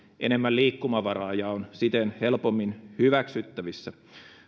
enemmän liikkumavaraa ja on siten helpommin hyväksyttävissä